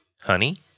honey